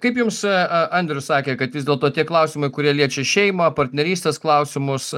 kaip jums a andrius sakė kad vis dėlto tie klausimai kurie liečia šeimą partnerystės klausimus